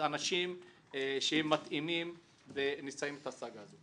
אנשים שהם מתאימים ונסיים את הסאגה הזאת.